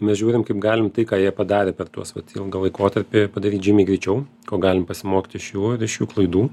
mes žiūrim kaip galim tai ką jie padarė per tuos ilgą laikotarpį padaryt žymiai greičiau ko galim pasimokyt iš jų ir iš jų klaidų